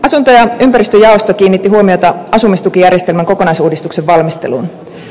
asunto ja ympäristöjaosto kiinnitti huomiota asumistukijärjestelmän kokonaisuudistuksen valmisteluun